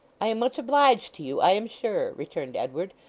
i am much obliged to you, i am sure returned edward.